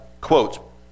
Quote